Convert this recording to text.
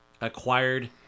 acquired